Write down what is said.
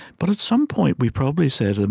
but at some point, we probably said, and